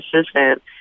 assistant